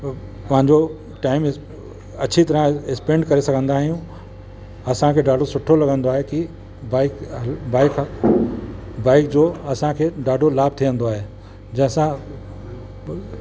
प पंहिंजो टाइम अछी तरह स्पेंड करे सघंदा आहियूं असांखे ॾाढो सुठो लॻंदो आहे की बाइक बाइक बाइक जो असांखे ॾाढो लाभ थींदो आहे जंहिंसां